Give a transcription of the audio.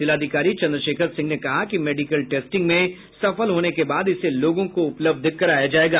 जिलाधिकारी चंद्रशेखर सिंह ने कहा कि मेडिकल टेस्टिंग में सफल होने के बाद इसे लोगों को उपलब्ध कराया जायेगा